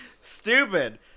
stupid